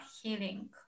healing